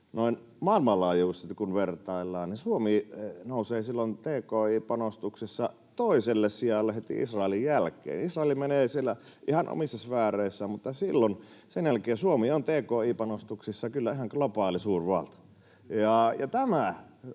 maailmanlaajuisesti kun vertaillaan, niin Suomi nousee silloin tki-panostuksissa toiselle sijalle heti Israelin jälkeen. Israel menee siellä ihan omissa sfääreissään, mutta sen jälkeen Suomi on tki-panostuksissa kyllä ihan globaali suurvalta.